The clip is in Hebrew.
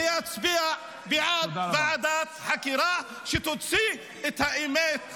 שיצביע בעד ועדת חקירה שתוציא את האמת לאור.